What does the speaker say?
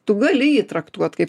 tu gali jį traktuot kaip